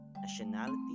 nationality